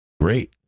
great